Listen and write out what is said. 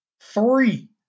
Three